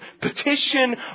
petition